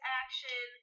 action